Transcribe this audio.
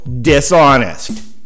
dishonest